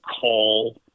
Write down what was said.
call